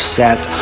set